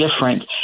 different